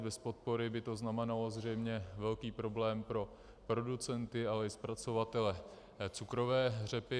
Bez podpory by to znamenalo zřejmě velký problém pro producenty, ale i zpracovatele cukrové řepy.